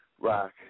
rock